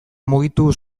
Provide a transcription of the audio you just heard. mugitu